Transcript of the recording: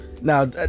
now